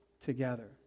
together